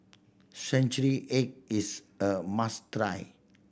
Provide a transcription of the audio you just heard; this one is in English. century egg is a must try